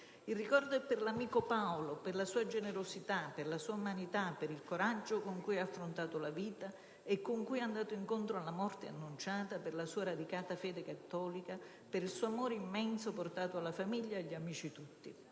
Il ricordo è per l'amico Paolo, per la sua generosità, per la sua umanità, per il coraggio con cui ha affrontato la vita e con cui è andato incontro alla morte annunciata, per la sua radicata fede cattolica, per il suo amore immenso portato alla famiglia e agli amici tutti.